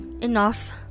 enough